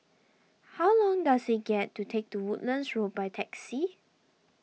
how long does it get to take to Woodlands Road by taxi